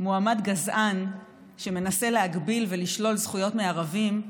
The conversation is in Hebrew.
מועמד גזען שמנסה להגביל ולשלול זכויות מערבים,